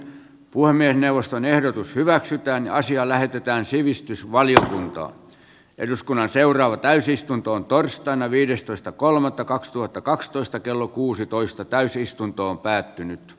puhemiesneuvoston ehdotus hyväksytään asia lähetetään sivistysvaliokuntaan eduskunnan seuraava täysistuntoon torstaina viidestoista kolmannetta kaksituhattakaksitoista kello kuusitoista täysistuntoon päätynyt suojelukohteita